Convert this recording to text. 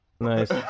Nice